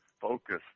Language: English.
focused